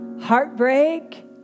heartbreak